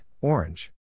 Orange